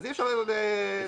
אז אי אפשר לשלול לו אזרחות.